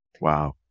Wow